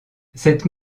cette